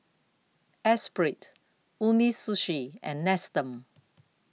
Espirit Umisushi and Nestum